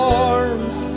arms